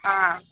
ஆ